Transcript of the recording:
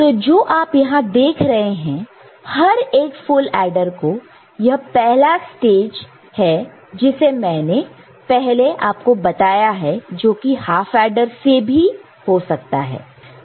तो जो आप यहां देख रहे हैं हर एक फुल एडर को यह पहला स्टेज है जैसे मैंने पहले आपको बताया है जो कि हाफ एडर भी हो सकता है